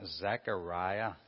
Zechariah